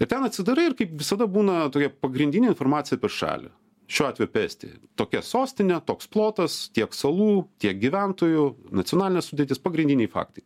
ir ten atsidarai ir kaip visada būna tokia pagrindinė informacija apie šalį šiuo atveju apie estiją tokia sostinė toks plotas tiek salų tiek gyventojų nacionalinė sudėtis pagrindiniai faktai